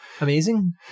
Amazing